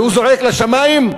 והוא זועק לשמים.